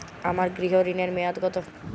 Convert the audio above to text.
আমার গৃহ ঋণের মেয়াদ কত?